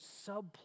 subplot